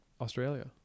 Australia